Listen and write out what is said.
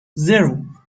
zero